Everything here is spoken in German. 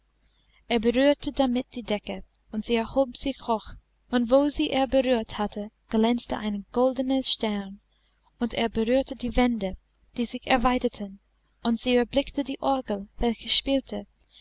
er berührte damit die decke und sie erhob sich hoch und wo er sie berührt hatte glänzte ein goldener stern und er berührte die wände die sich erweiterten und sie erblickte die orgel welche spielte